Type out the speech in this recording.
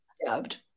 stabbed